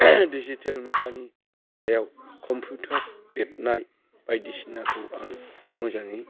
digital मुगानि सायाव computer लिरनाय बायदिसिनाखौ आं मोजाङै